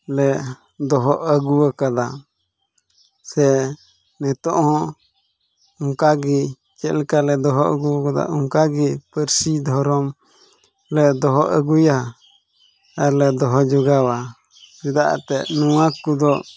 ᱞᱮ ᱫᱚᱦᱚ ᱟᱹᱜᱩ ᱠᱟᱫᱟ ᱥᱮ ᱱᱤᱛᱚᱜ ᱦᱚᱸ ᱚᱱᱠᱟ ᱜᱮ ᱪᱮᱫ ᱞᱮᱠᱟᱞᱮ ᱫᱚᱦᱚ ᱟᱹᱜᱩ ᱠᱟᱫᱟ ᱚᱱᱟᱜᱮ ᱯᱟᱹᱨᱥᱤ ᱫᱷᱚᱨᱚᱢ ᱞᱮ ᱫᱚᱦᱚ ᱟᱹᱜᱩᱭᱟ ᱟᱨᱞᱮ ᱫᱚᱦᱚ ᱡᱳᱜᱟᱣᱟ ᱪᱮᱫᱟᱜ ᱮᱱᱛᱮᱫ ᱱᱚᱣᱟ ᱠᱚᱫᱚ